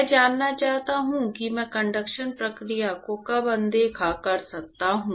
मैं जानना चाहता हूं कि मैं कंडक्शन प्रक्रिया को कब अनदेखा कर सकता हूं